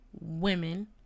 Women